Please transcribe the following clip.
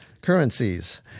Currencies